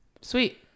sweet